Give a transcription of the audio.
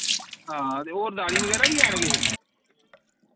हां ते और दालीं वगैरा वि हैन किश